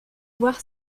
voir